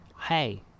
hey